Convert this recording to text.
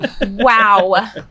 Wow